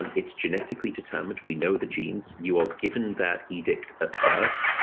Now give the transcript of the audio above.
and it's genetically determined. we know the genes you are given that edict at birth.